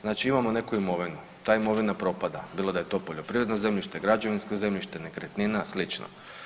Znači imamo neku imovinu, ta imovina propada bilo da je to poljoprivredno zemljište, građevinsko zemljište, nekretnina, slično.